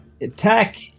Attack